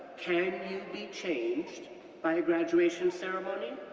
can you be changed by a graduation ceremony?